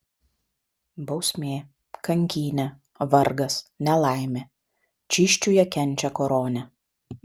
bausmė kankynė vargas nelaimė čysčiuje kenčia koronę